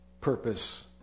purpose